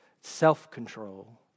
self-control